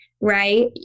Right